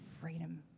freedom